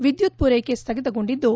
ವಿದ್ಯುತ್ ಪೂರೈಕೆ ಸ್ವಗಿತಗೊಂಡಿದ್ದು